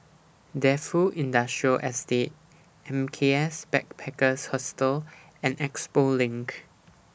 Defu Industrial Estate M K S Backpackers Hostel and Expo LINK